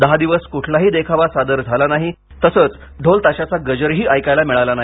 दहा दिवस कुठलाही देखावा सादर झाला नाही तसेच ढोल ताशाच्या गजरात ही ऐकावयास मिळाला नाही